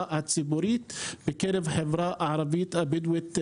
הציבורית בקרב החברה הערבית-בדואית בנגב,